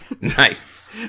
Nice